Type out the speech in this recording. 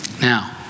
Now